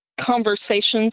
conversations